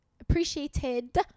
appreciated